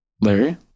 Larry